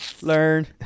learn